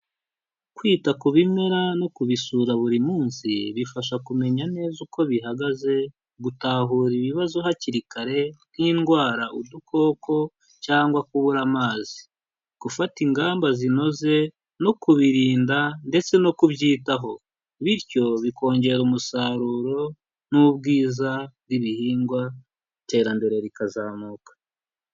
Kwita ku bimera no kubisura buri munsi bifasha kumenya neza uko bihagaze, gutahura ibibazo hakiri kare nk'indwara, udukoko cyangwa kubura amazi. Gufata ingamba zinoze no kubirinda ndetse no kubyitaho, bityo bikongera umusaruro n'ubwiza bw'ibihingwa, iterambere rikazamuka.